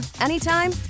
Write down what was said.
anytime